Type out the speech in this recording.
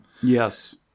Yes